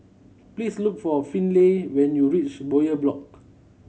please look for Finley when you reach Bowyer Block